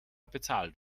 bezahlt